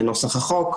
לנוסח החוק,